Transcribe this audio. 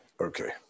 Okay